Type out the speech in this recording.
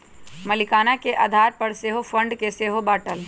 मलीकाना के आधार पर सेहो फंड के सेहो बाटल